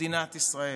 למדינת ישראל,